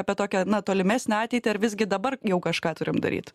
apie tokią na tolimesnę ateitį ar visgi dabar jau kažką turim daryt